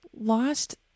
Lost